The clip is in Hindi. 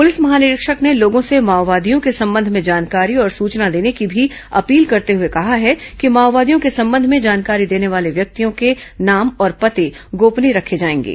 पुलिस महानिरीक्षक ने लोगों से माओवादियों के संबंध में जानकारी और सूचना देने की भी अपील करते हए कहाँ है कि माओवादियों के संबंध में जानकारी देने वाले व्यक्तियों के नाम और पते गोपनीय रखे जाएंगे